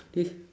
this